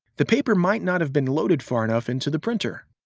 the paper might not have been loaded far enough into the printer.